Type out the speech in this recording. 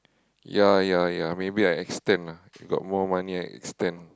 ya ya ya maybe I extend ah if got more money I extend